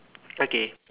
okay